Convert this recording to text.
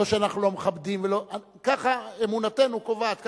לא שאנחנו לא מכבדים, ככה אמונתנו קובעת.